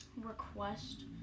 request